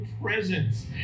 presence